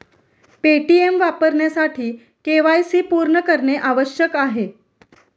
Paytm वापरण्यासाठी KYC पूर्ण करणे आवश्यक आहे